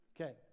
Okay